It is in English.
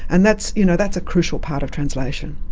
and that's you know that's a crucial part of translation.